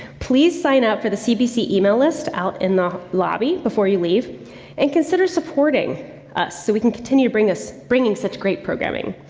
please sign up for the cpc email list out in the lobby before you leave and consider supporting us, so we can continue to bring us, bring in such great programming.